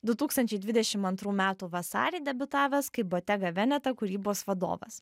du tūkstančiai dvidešim antrų metų vasarį debiutavęs kaip botega veneta kūrybos vadovas